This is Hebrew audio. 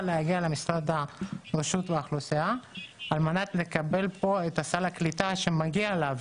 להגיע לרשות האוכלוסין על מנת לקבל את סל הקליטה שמגיע לה.